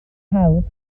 hawdd